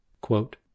quote